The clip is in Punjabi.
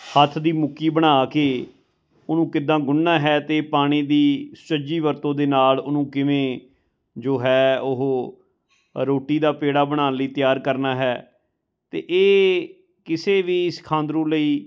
ਹੱਥ ਦੀ ਮੁੱਕੀ ਬਣਾ ਕੇ ਉਹਨੂੰ ਕਿੱਦਾਂ ਗੁੰਨਣਾ ਹੈ ਅਤੇ ਪਾਣੀ ਦੀ ਸੁਚੱਜੀ ਵਰਤੋਂ ਦੇ ਨਾਲ ਉਹਨੂੰ ਕਿਵੇਂ ਜੋ ਹੈ ਉਹ ਰੋਟੀ ਦਾ ਪੇੜਾ ਬਣਾਉਣ ਲਈ ਤਿਆਰ ਕਰਨਾ ਹੈ ਅਤੇ ਇਹ ਕਿਸੇ ਵੀ ਸਿਖਾਂਦਰੂ ਲਈ